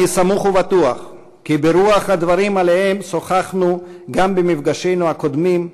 אני סמוך ובטוח כי ברוח הדברים שעליהם שוחחנו גם במפגשינו הקודמים,